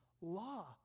law